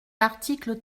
l’article